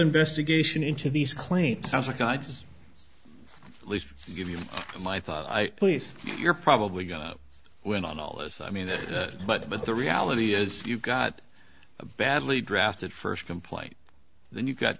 investigation into these claims sounds like i just at least give you my thoughts i please you're probably going to win on all this i mean but but the reality is you've got a badly drafted first complaint then you've got